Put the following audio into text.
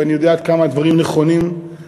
ואני יודע עד כמה הדברים נכונים ומדויקים